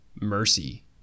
mercy